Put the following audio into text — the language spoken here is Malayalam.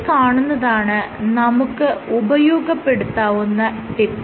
ഈ കാണുന്നതാണ് നമുക്ക് ഉപയോഗപ്പെടുത്താവുന്ന ടിപ്പ്